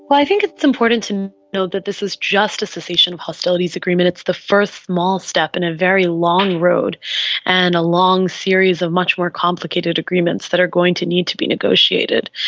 but i think it's important to note that this was just a cessation of hostilities agreement, it's the first small step in a very long road and a long series of much more complicated agreements that are going to need to be negotiated.